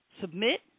Submit